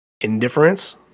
indifference